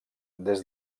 des